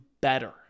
better